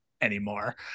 anymore